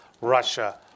Russia